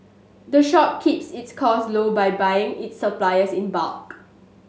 the shop keeps its costs low by buying its supplies in bulk